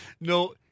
No